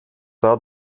war